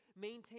maintain